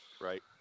Right